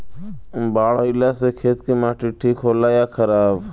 बाढ़ अईला से खेत के माटी ठीक होला या खराब?